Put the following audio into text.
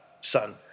son